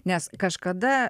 nes kažkada